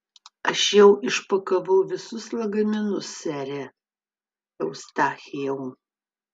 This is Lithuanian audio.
aš jau išpakavau visus lagaminus sere eustachijau